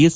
S